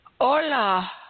Hola